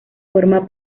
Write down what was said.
forma